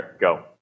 go